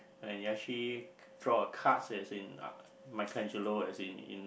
and he actually draw a card as in uh Michaelangelo as in in